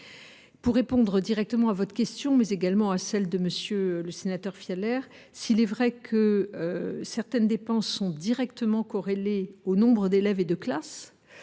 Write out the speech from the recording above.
Pour répondre directement à votre question, mais également à celle de M. le sénateur Fialaire, s’il est vrai que certaines dépenses sont directement corrélées au nombre d’élèves et de classes,